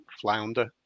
flounder